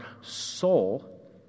soul